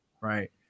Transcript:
right